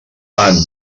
tant